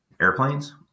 airplanes